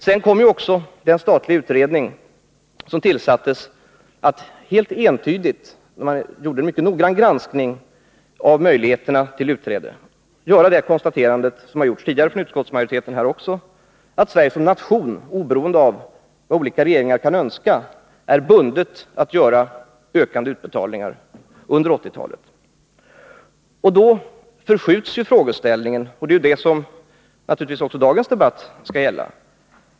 Sedan kom också den statliga utredning som tillsattes — och som gjorde en mycket noggrann granskning av möjligheterna till utträde — fram till det helt entydiga konstaterandet, som utskottsmajoriteten gjort tidigare, att Sverige som nation, oberoende av vad olika regeringar önskar, är bundet att göra ökande utbetalningar under 1980-talet. Då förskjuts frågeställningen, och det är det som dagens debatt naturligtvis skall gälla.